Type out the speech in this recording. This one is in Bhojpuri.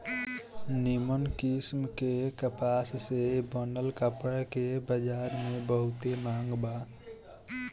निमन किस्म के कपास से बनल कपड़ा के बजार में बहुते मांग बा